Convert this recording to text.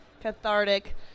cathartic